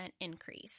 increase